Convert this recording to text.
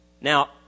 Now